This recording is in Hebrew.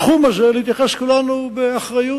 בתחום הזה, להתייחס כולנו באחריות.